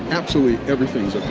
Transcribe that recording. absolutely everything's